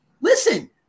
Listen